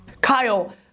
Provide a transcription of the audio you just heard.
Kyle